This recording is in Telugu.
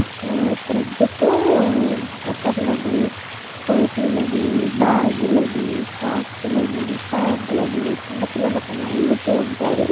ఒక్క థ్రెడ్తో స్వెటర్లని టోపీలని బ్యాగులని సాక్సులని ప్యాంట్లు అని చిన్నపిల్లలకి అలా అల్లుతూ ఉంటారు